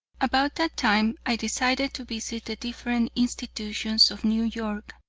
about that time i decided to visit the different institutions of new york,